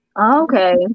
Okay